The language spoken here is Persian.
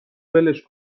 ولش